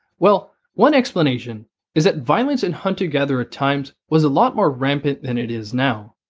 well, one explanation is that violence in hunter gatherer times was a lot more rampant than it is now.